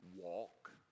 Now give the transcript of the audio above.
walk